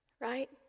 right